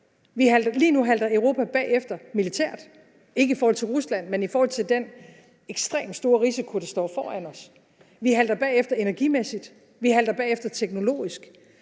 Lige nu handler om Europa bagefter militært – ikke i forhold til Rusland, men i forhold til den ekstremt store risiko, der står foran os. Vi halter bagefter energimæssigt. Vi halter bagefter teknologisk